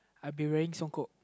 I'll be wearing songkok